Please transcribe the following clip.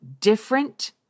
different